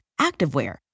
activewear